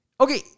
Okay